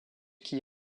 qui